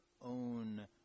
own